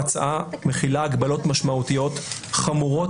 ההצעה מכילה הגבלות משמעותיות חמורות